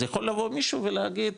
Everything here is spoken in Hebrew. אז יכול לבוא מישהו ולהגיד,